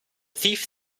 thief